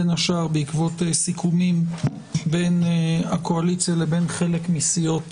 בין השאר בעקבות סיכומים בין הקואליציה לבין חלק מסיעות